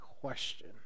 question